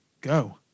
Go